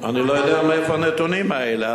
אני לא יודע מאיפה הנתונים האלה.